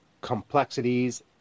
Complexities